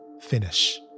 finish